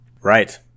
Right